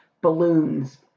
balloons